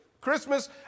Christmas